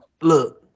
look